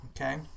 Okay